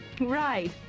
Right